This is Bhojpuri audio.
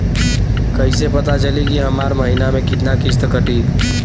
कईसे पता चली की हमार महीना में कितना किस्त कटी?